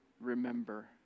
remember